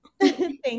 thank